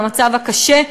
מהמצב הקשה,